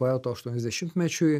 poeto aštuoniasdešimtmečiui